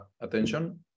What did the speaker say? attention